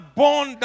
born